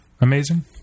amazing